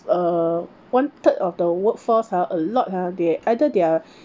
uh one third of the workforce ha a lot ha they either their